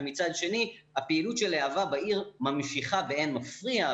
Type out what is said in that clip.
ומצד שני הפעילות של להב"ה בעיר ממשיכה באין מפריע,